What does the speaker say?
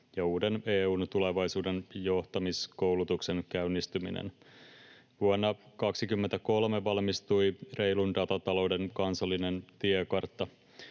ja uuden EU:n tulevaisuuden johtamiskoulutuksen käynnistyminen. Vuonna 2023 valmistui reilun datatalouden kansallinen tiekartta.